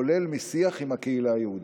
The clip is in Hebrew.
כולל משיח עם הקהילה היהודית.